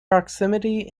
proximity